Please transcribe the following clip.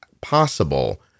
possible